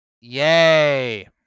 Yay